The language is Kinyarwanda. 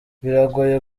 biragoye